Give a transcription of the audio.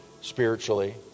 spiritually